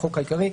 החוק העיקרי),